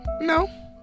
no